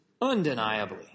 undeniably